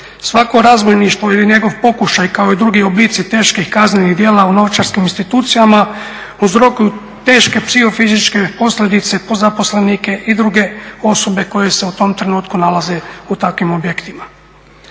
Svako razbojništvo ili njegov pokušaj kao i drugi oblici teških kaznenih djela u novčarskim institucijama, uzrokuju teške psihofizičke posljedice po zaposlenike i druge osobe koje se u tom trenutku nalaze u takvim objektima.